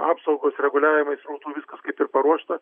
apsaugos reguliavimai srautų viskas kaip ir paruošta